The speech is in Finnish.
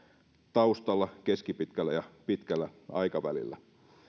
taustalla keskipitkällä ja pitkällä aikavälillä